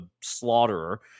slaughterer